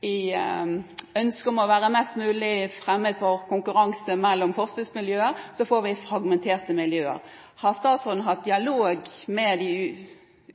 i ønsket om å være mest mulig fremmed for konkurranse mellom forskningsmiljøer, å få fragmenterte miljøer. Har statsråden hatt dialog med de